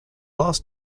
last